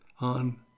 on